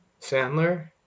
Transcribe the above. Sandler